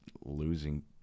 losing